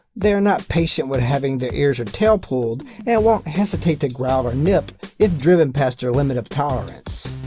they are not patient with having their ears or tail pulled and won't hesitate to growl or nip if driven past their limit of tolerance.